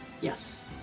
Yes